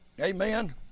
Amen